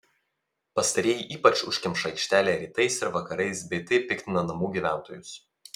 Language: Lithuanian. pastarieji ypač užkemša aikštelę rytais ir vakarais bei taip piktina namų gyventojus